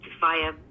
via